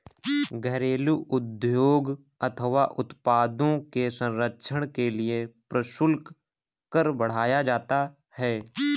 घरेलू उद्योग अथवा उत्पादों के संरक्षण के लिए प्रशुल्क कर बढ़ाया जाता है